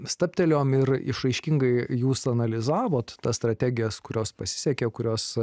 stabtelėjom ir išraiškingai jūs analizavot tas strategijas kurios pasisekė kurios